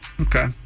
Okay